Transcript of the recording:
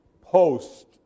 post